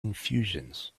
infusions